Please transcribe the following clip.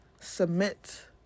submit